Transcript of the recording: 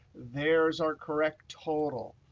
there is our correct total.